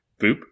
boop